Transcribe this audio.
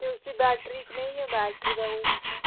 ते उसदी बैटरी कनेही ऐ बैटरी दा केह् सिस्टम